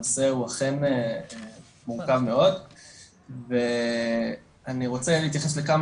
הנושא הוא אכן מורכב מאוד ואני רוצה להתייחס לכמה